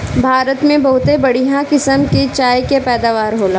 भारत में बहुते बढ़िया किसम के चाय के पैदावार होला